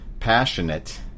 Passionate